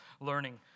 learning